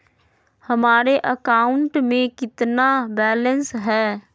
हमारे अकाउंट में कितना बैलेंस है?